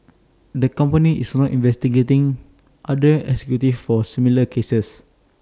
the company is not investigating other executives for similar cases